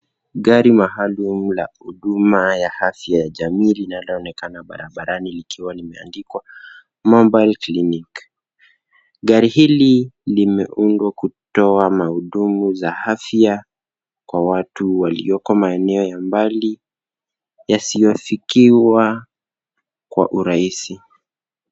Gari maalum la huduma ya afya ya jamii linaloonekana barabarani likiwa limeandikwa Mobile Clinic . Gari hili limeundwa kutoa mahudumu za afya kwa watu walioko maeneo ya mbali yasiyofikiwa kwa urahisi.